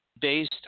based